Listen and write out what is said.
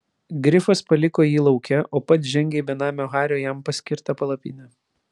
grifas paliko jį lauke o pats žengė į benamio hario jam paskirtą palapinę